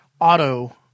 auto